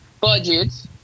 budget